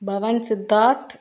Pawan Siddharth